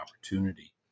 opportunity